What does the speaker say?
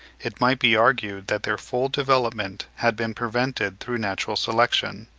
it might be argued that their full development had been prevented through natural selection.